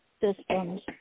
systems